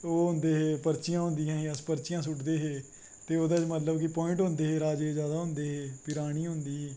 ओह् होंदे हे पर्चियां होंदियां हां पर्चियां सुटदे हे ते ओह्ॅदै च मतलव कि पवाईंट होंदे हे राजें दे जादा होंदे हे ते रानी होंदी ही